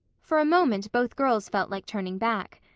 for a moment both girls felt like turning back.